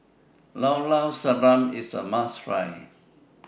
Llao Llao Sanum IS A must Try